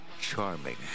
Charming